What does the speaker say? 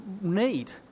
need